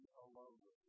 alone